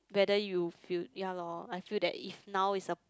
whether you feel ya lor I feel that is now is the